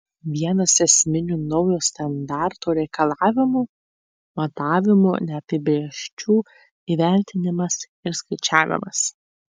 vienas esminių naujo standarto reikalavimų matavimų neapibrėžčių įvertinimas ir skaičiavimas